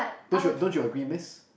don't you don't you agree miss